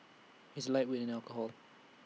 he's A lightweight in alcohol